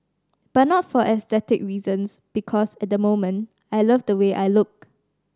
but not for aesthetic reasons because at the moment I love the way I look